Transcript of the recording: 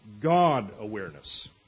God-awareness